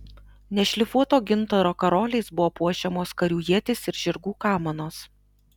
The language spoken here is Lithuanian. nešlifuoto gintaro karoliais buvo puošiamos karių ietys ir žirgų kamanos